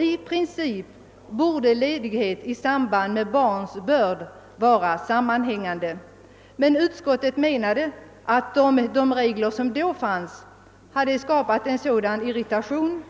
I princip borde ledighet i samband med barnsbörd vara sammanhängande, men utskottet menade att om de regler som då fanns hade skapat en sådan irritation,